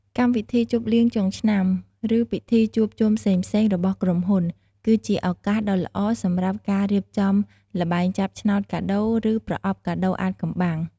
កម្មវិធីជប់លៀងចុងឆ្នាំ ឬពិធីជួបជុំផ្សេងៗរបស់ក្រុមហ៊ុន គឺជាឱកាសដ៏ល្អសម្រាប់ការរៀបចំ ល្បែងចាប់ឆ្នោតកាដូរ ឬ ប្រអប់កាដូរអាថ៌កំបាំង។